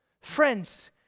Friends